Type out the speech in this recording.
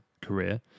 career